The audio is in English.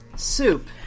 Soup